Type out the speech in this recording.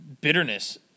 bitterness